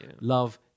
love